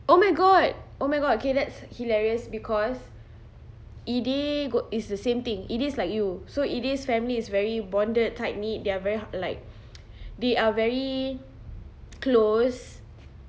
oh my god oh my god okay that's hilarious because eday go~ is the same thing eday's like you so eday's family is very bonded tight knit they're very like they are very close